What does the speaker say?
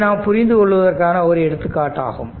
இது நாம் புரிந்து கொள்வதற்கான ஒரு எடுத்துக்காட்டாகும்